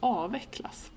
avvecklas